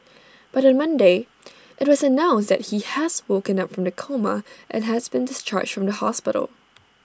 but on Monday IT was announced that he has woken up from the coma and has been discharged from hospital